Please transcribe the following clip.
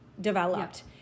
developed